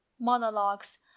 Monologues